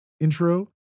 intro